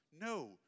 No